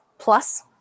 plus